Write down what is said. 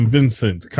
Vincent